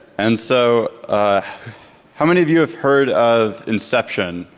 and so how many of you have heard of inception,